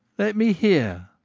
let me hear.